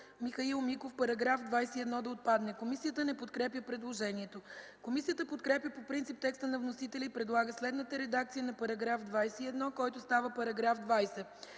Михаил Миков –§ 18 да отпадне. Комисията не подкрепя предложението. Комисията подкрепя по принцип текста на вносителя и предлага следната редакция на § 18, който става § 17: „§ 17.